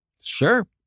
Sure